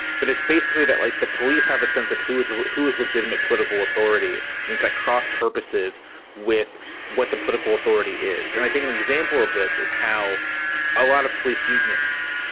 but it's basically that, like the police have a sense of who is ah who is legitimate political authority into cross purposes with what the political authority is. and i think an example of this is how a lot of police unions,